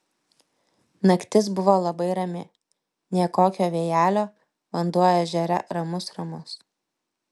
naktis buvo labai rami nė kokio vėjelio vanduo ežere ramus ramus